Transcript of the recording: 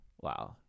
Wow